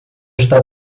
está